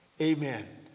Amen